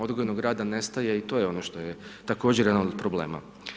Odgojnog rada nestaje i to je ono što je također jedan od problema.